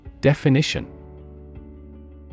Definition